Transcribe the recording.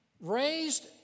raised